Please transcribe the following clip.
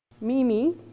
Mimi